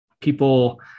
people